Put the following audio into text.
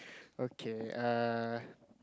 okay err